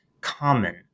common